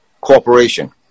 corporation